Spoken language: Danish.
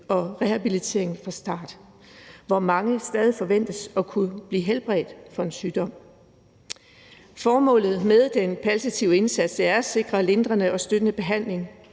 og rehabiliteringen fra start, hvor mange stadig forventes at kunne blive helbredt for en sygdom. Formålet med den palliative indsats er at sikre lindrende og støttende behandling,